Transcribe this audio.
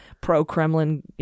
pro-Kremlin